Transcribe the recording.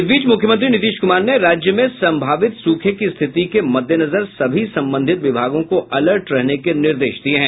इस बीच मुख्यमंत्री नीतीश कुमार ने राज्य में संभावित सूखे की स्थिति के मद्देनजर सभी संबंधित विभागों को अलर्ट रहने के निर्देश दिये हैं